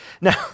Now